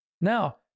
Now